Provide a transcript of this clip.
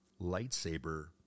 lightsaber